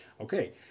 Okay